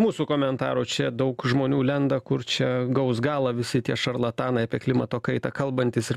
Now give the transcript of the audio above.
mūsų komentarų čia daug žmonių lenda kur čia gaus galą visi tie šarlatanai apie klimato kaitą kalbantys ir